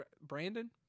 Brandon